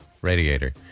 radiator